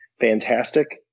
fantastic